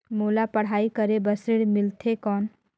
मोला पढ़ाई करे बर ऋण मिलथे कौन?